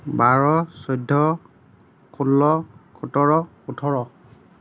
বাৰ চৈধ্য ষোল্ল সোতৰ ওঠৰ